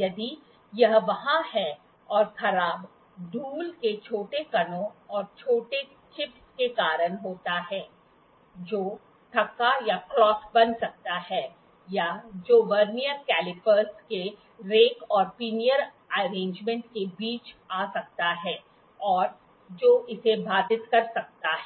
यदि यह वहां है और खराब धूल के छोटे कणों या छोटे चिप्स के कारण होता है जो थक्का बन सकता है या जो वर्नियर कैलीपर के रैक और पिनियन व्यवस्था के बीच आ सकता है जो इसे बाधित कर सकता है